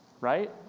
right